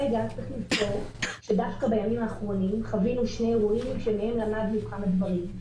צריך לזכור שדווקא בימים האחרונים שני אירועים שמהם למדנו כמה דברים.